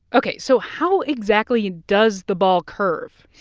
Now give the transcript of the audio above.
ok, so how exactly does the ball curve?